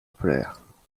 polaire